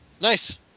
Nice